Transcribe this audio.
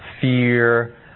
Fear